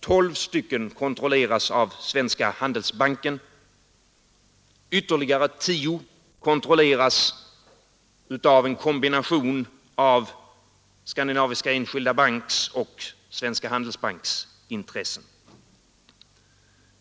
12 stycken kontrolleras av Svenska handelsbanken, ytterligare 10 kontrolleras av en kombination av Skandinaviska enskilda banksoch Svenska handelsbanksintressen.